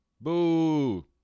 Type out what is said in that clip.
Boo